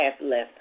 left